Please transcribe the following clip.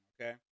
okay